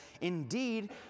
Indeed